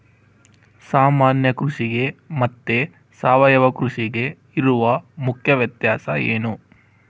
ಸಾಮಾನ್ಯ ಕೃಷಿಗೆ ಮತ್ತೆ ಸಾವಯವ ಕೃಷಿಗೆ ಇರುವ ಮುಖ್ಯ ವ್ಯತ್ಯಾಸ ಏನು?